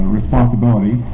responsibility